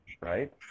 Right